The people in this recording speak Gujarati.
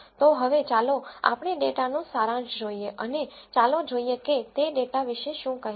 તો હવે ચાલો આપણે ડેટાનો સારાંશ જોઈએ અને ચાલો જોઈએ કે તે ડેટા વિશે શું કહે છે